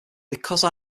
because